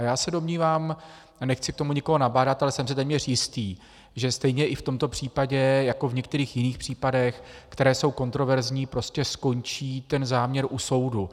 Já se domnívám, a nechci k tomu nikoho nabádat, ale jsem si téměř jistý, že stejně i v tomto případě jako v některých jiných případech, které jsou kontroverzní, skončí ten záměr u soudu.